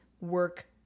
work